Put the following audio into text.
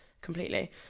completely